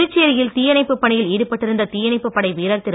புதுச்சேரியில் தீயணைப்புப் பணியில் ஈடுபட்டிருந்த தீயணைப்புப் படை வீரர் திரு